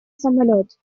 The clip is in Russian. самолёт